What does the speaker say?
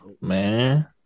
Man